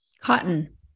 cotton